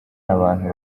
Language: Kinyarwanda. abantu